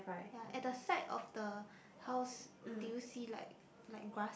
ya at the side of the house do you see like like grass